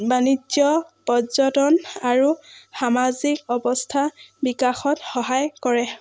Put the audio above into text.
বাণিজ্য পৰ্যটন আৰু সামাজিক অৱস্থা বিকাশত সহায় কৰে